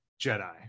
jedi